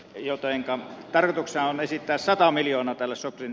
jotain cam tartossa on esittää sata miljoonaa tällä sutin